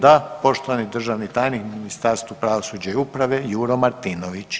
Da, poštovani državni tajnik u Ministarstvu pravosuđa i uprave Juro Martinović.